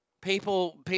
People